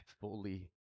fully